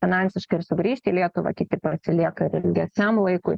finansiškai ir sugrįžti į lietuvą kiti pasilieka ir ilgesniam laikui